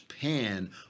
pan